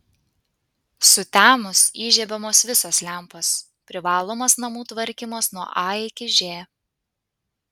sutemus įžiebiamos visos lempos privalomas namų tvarkymas nuo a iki ž